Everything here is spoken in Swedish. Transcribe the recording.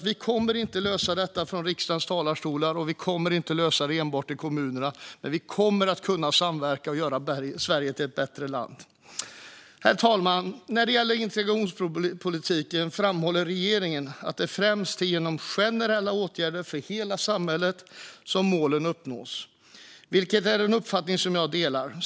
Vi kommer inte att lösa det här från riksdagens talarstolar, och vi kommer inte att lösa det enbart i kommunerna. Men vi kommer att kunna samverka och göra Sverige till ett bättre land. Herr talman! När det gäller integrationspolitiken framhåller regeringen att det främst är genom generella åtgärder för hela samhället som målen uppnås, vilket är en uppfattning som jag delar.